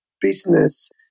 business